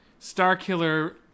Starkiller